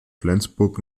flensburg